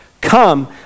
Come